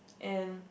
and